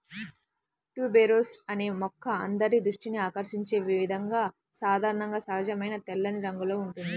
tuberose అనే మొక్క అందరి దృష్టిని ఆకర్షించే విధంగా సాధారణంగా సహజమైన తెల్లని రంగులో ఉంటుంది